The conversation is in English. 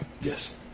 Yes